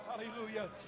Hallelujah